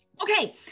Okay